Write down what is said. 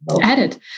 added